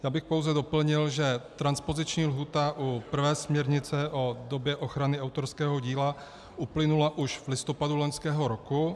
Já bych pouze doplnil, že transpoziční lhůta u prvé směrnice o době ochrany autorského díla uplynula už v listopadu loňského roku.